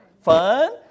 fun